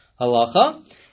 halacha